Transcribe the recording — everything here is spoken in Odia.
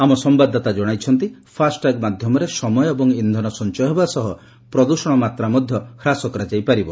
ଆମ ସମ୍ଭାଦଦାତା ଜଣାଇଛନ୍ତି ଫାସ୍ଟ୍ୟାଗ୍ ମାଧ୍ୟମରେ ସମୟ ଏବଂ ଇନ୍ଧନ ସଞ୍ଚୟ ହେବା ସହ ପ୍ରଦୃଷଣ ମାତ୍ରା ମଧ୍ୟ ହ୍ରାସ କରାଯାଇ ପାରିବ